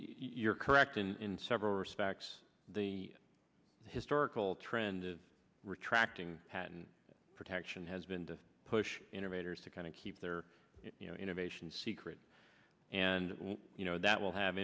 you're correct in in several respects the historical trend of retracting patent protection has been to push innovators to kind of keep their you know innovation secret and you know that will have